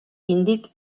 índic